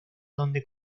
donde